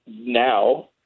now